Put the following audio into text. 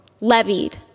levied